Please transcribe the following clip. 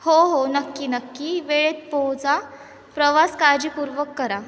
हो हो नक्की नक्की वेळेत पोहचा प्रवास काळजीपूर्वक करा